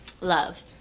Love